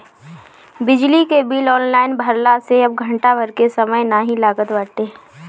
बिजली के bill online भरला से अब घंटा भर के समय नाइ लागत बाटे